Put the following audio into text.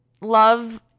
love